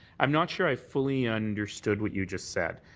i'm not sure i fully undertsood what you just said.